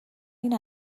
این